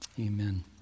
amen